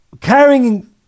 Carrying